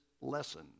lesson